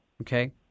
okay